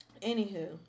Anywho